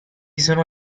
sono